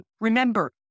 remember